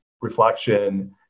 reflection